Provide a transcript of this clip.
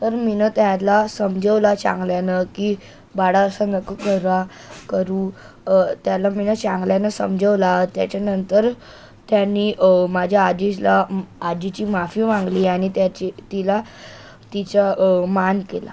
तर मी त्याला समजावला चांगल्यानं की बाळा असं नको करा करू त्याला मी चांगल्यानं समजवला त्याच्यानंतर त्याने माझ्या आजीला आजीची माफी मागितली आणि त्याची तिला तिचा मान केला